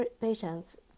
patients